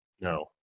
No